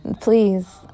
Please